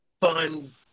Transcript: fun